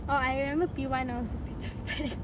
oh I remember P one I was the teacher's pet